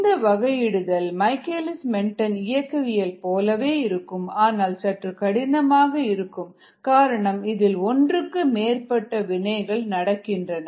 இந்த வகையிடுதல் Michaelis Menten இயக்கவியல் போலவே இருக்கும் ஆனால் சற்று கடினமாக இருக்கும் காரணம் இதில் ஒன்றுக்கும் மேற்பட்ட வினைகள் நடக்கின்றன